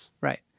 Right